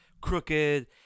crooked